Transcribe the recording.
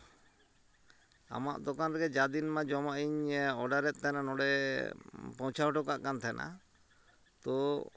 ᱟᱢᱟᱜ ᱫᱚᱠᱟᱱ ᱨᱮᱜᱮ ᱡᱟ ᱫᱤᱱᱢᱟ ᱡᱚᱢᱟᱜ ᱤᱧ ᱚᱰᱟᱨᱮᱫ ᱛᱟᱦᱮᱱᱟ ᱱᱚᱰᱮ ᱯᱳᱣᱪᱷᱟᱣ ᱦᱚᱴᱚ ᱠᱟᱜ ᱛᱟᱦᱮᱱᱟ ᱛᱚ